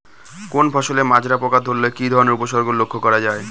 কোনো ফসলে মাজরা পোকা ধরলে কি ধরণের উপসর্গ লক্ষ্য করা যায়?